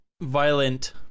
violent